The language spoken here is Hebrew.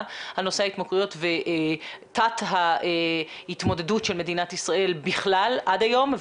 על נושא ההתמכרויות ותת ההתמודדות של מדינת ישראל בכלל עד היום,